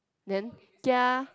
then kia